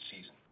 season